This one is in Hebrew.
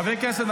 חברי הכנסת,